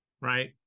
right